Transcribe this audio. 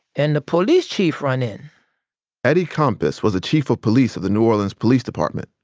and the police chief run in eddie compass was the chief of police of the new orleans police department.